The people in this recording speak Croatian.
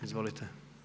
Izvolite.